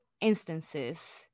instances